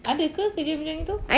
ada ke kerja macam gitu